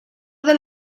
del